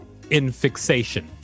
infixation